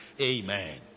Amen